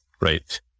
right